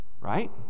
right